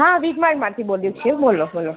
હા વિગમાર્ટમાંથી બોલીએ છીએ બોલો બોલો